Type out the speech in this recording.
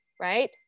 right